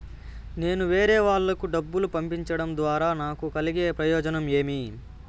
నేను వేరేవాళ్లకు డబ్బులు పంపించడం ద్వారా నాకు కలిగే ప్రయోజనం ఏమి?